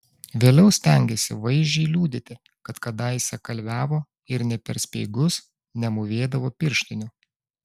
vėliau stengėsi vaizdžiai liudyti kad kadaise kalviavo ir nė per speigus nemūvėdavo pirštinių